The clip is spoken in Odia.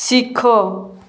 ଶିଖ